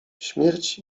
śmierć